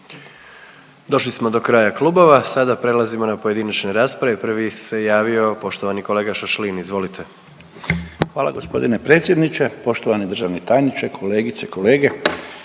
Došli smo do kraja klubova, sada prelazimo na pojedinačne rasprave, prvi se javio poštovani kolega Šašlin, izvolite. **Šašlin, Stipan (HDZ)** Hvala gospodine predsjedniče. Poštovani državni tajniče, kolegice, kolege,